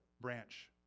branch